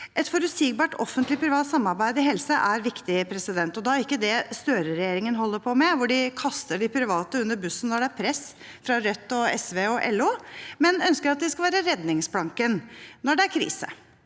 Et forutsigbart offentlig-privat samarbeid innen helse er viktig – og da ikke det Støre-regjeringen holder på med, hvor de kaster de private under bussen når det er press fra Rødt, SV og LO, men ønsker at de skal være redningsplanken når det er krise.